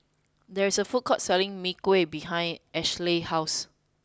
there is a food court selling Mee Kuah behind Ashlee's house